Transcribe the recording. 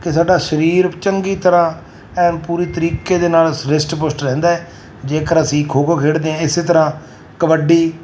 ਕਿ ਸਾਡਾ ਸਰੀਰ ਚੰਗੀ ਤਰ੍ਹਾਂ ਐਨ ਪੂਰੀ ਤਰੀਕੇ ਦੇ ਨਾਲ ਰਿਸ਼ਟ ਪੁਸ਼ਟ ਰਹਿੰਦਾ ਜੇਕਰ ਅਸੀਂ ਖੋ ਖੋ ਖੇਡਦੇ ਹਾਂ ਇਸੇ ਤਰ੍ਹਾਂ ਕਬੱਡੀ